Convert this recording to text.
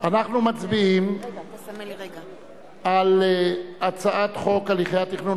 אנחנו מצביעים על הצעת חוק הליכי תכנון